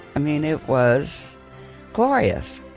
i mean, it was glorious.